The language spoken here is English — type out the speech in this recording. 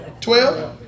Twelve